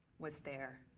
was there,